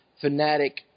fanatic